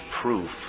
proof